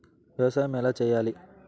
వ్యవసాయం ఎలా చేయాలి?